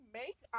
make